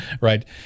right